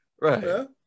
Right